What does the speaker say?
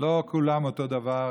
לא כולם אותו דבר,